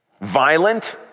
violent